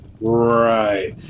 Right